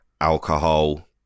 alcohol